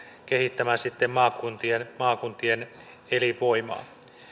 kehittämään sitten maakuntien maakuntien elinvoimaa